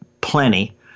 plenty